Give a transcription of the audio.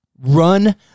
Run